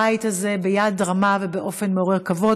שמנהל את הבית הזה ביד רמה ובאופן מעורר כבוד.